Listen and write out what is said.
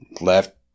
left